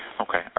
Okay